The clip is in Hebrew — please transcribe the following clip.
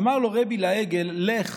אמר לו רבי, לעגל: לך,